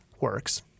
works